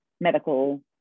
medical